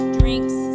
drinks